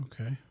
Okay